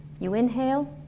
you inhale,